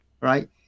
right